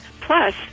plus